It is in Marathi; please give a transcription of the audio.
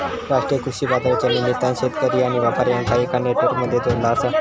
राष्ट्रीय कृषि बाजारच्या निमित्तान शेतकरी आणि व्यापार्यांका एका नेटवर्क मध्ये जोडला आसा